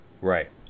Right